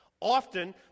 Often